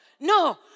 No